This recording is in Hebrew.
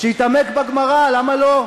שיתעמק בגמרא, למה לא?